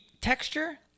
texture